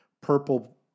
purple